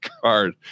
card